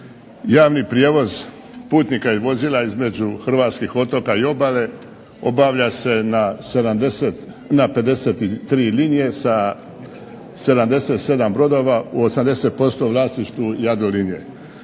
Javni prijevoz putnika i vozila između hrvatskih otoka i obale obavlja se na 53 linije sa 77 brodova u 80% vlasništvu Jadrolinije.